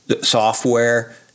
software